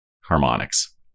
harmonics